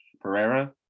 Pereira